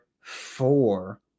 four